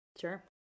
Sure